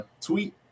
tweet